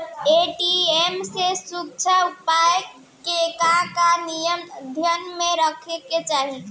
ATM के सुरक्षा उपाय के का का नियम ध्यान में रखे के चाहीं?